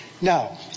Now